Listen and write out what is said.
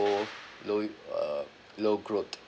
low uh low growth